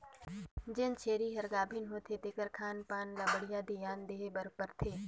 जेन छेरी हर गाभिन होथे तेखर खान पान ल बड़िहा धियान देहे बर परथे